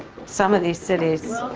some of these cities